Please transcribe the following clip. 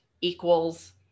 equals